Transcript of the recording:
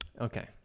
Okay